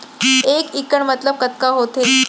एक इक्कड़ मतलब कतका होथे?